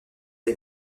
est